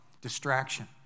distraction